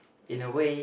in a way